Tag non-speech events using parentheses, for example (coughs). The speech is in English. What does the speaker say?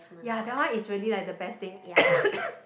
ya that one is really like the best thing (coughs)